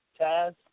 Taz